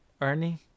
Ernie